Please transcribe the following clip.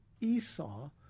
Esau